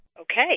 Okay